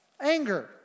Anger